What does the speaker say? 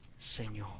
Señor